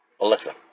Alexa